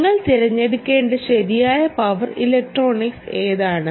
നിങ്ങൾ തിരഞ്ഞെടുക്കേണ്ട ശരിയായ പവർ ഇലക്ട്രോണിക്സ് ഏതാണ്